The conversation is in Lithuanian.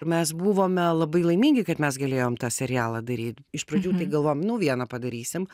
ir mes buvome labai laimingi kad mes galėjom tą serialą daryt iš pradžių tai galvojom nu vieną padarysim